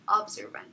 observant